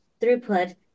throughput